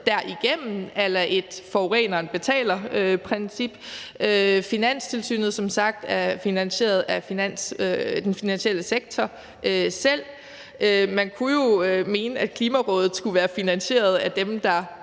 derigennem a la et forureneren betaler-princip. Finanstilsynet er som sagt finansieret af den finansielle sektor selv. Man kunne jo mene, at Klimarådet skulle være finansieret af dem, der